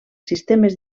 sistemes